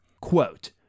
Quote